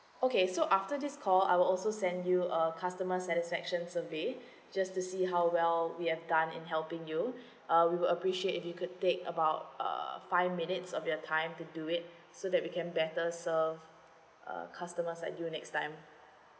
okay so after this call I will also send you a customer satisfaction survey just to see how well we have done in helping you uh we will appreciate if you could take about uh five minutes of your time to do it so that we can better serve uh customers like you next time